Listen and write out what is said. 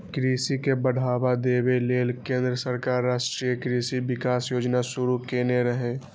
कृषि के बढ़ावा देबा लेल केंद्र सरकार राष्ट्रीय कृषि विकास योजना शुरू केने रहै